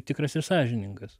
tikras ir sąžiningas